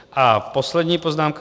A poslední poznámka.